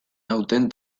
nauten